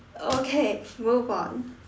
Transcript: okay move on